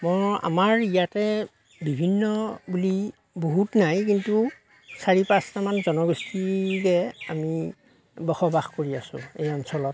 মোৰ আমাৰ ইয়াতে বিভিন্ন বুলি বহুত নাই কিন্তু চাৰি পাঁচটামান জনগোষ্ঠীয়ে আমি বসবাস কৰি আছো এই অঞ্চলত